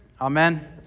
amen